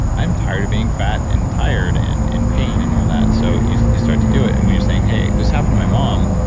i'm tired of being fat and tired, and in pain and all that. so you you start to do it and when you're saying, hey, this happened to my mom,